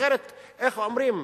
אחרת, איך אומרים,